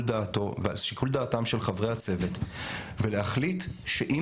דעתו ועל שיקול דעתם של חברי הצוות ולהחליט שאם